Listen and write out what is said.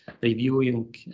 reviewing